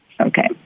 Okay